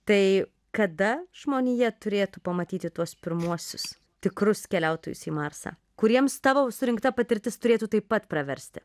tai kada žmonija turėtų pamatyti tuos pirmuosius tikrus keliautojus į marsą kuriems tavo surinkta patirtis turėtų taip pat praversti